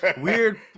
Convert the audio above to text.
weird